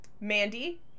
Mandy